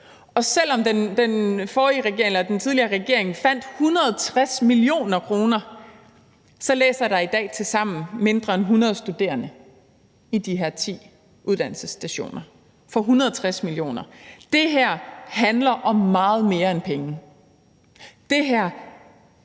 Og selv om den forrige regering fandt 160 mio. kr., læser der i dag tilsammen mindre end 100 studerende på de her ti uddannelsesstationer – for 160 mio. kr. Det her handler om meget mere end penge – om